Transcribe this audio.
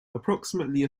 approximately